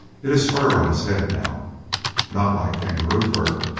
it has fur on its head now not like kangaroo fur,